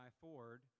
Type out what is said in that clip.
Ford